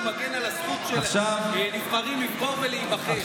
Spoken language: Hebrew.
מגן על הזכות של נבחרים לבחור ולהיבחר.